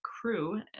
crew